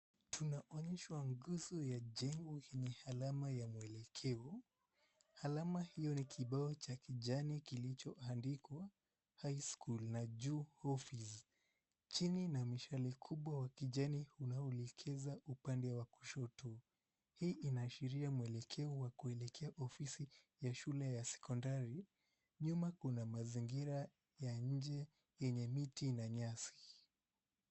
Tunaonyeshwa nguzo ya jengo yenye alama ya mwelekeo. Alama hio ni kibao cha kijani kilichoandikwa, High School na juu, Office chini, na mishale kubwa wa kijani unaolekeza upande wa kushoto. Hii inaashiria mwelekeo wa kuelekea ofisi ya shule ya sekondari. Nyuma kuna mazingira ya nje yenye miti na nyasi.